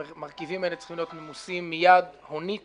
שהמרכיבים האלה צריכים להיות ממוסים מייד הונית